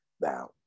Now